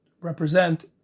represent